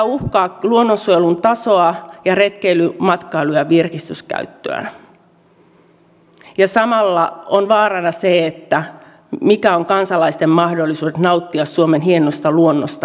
nämä uhkaavat luonnonsuojelun tasoa ja retkeily matkailu ja virkistyskäyttöä ja samalla on vaarana se mitkä ovat kansalaisten mahdollisuudet nauttia suomen hienosta luonnosta tulevaisuudessa